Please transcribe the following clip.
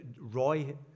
Roy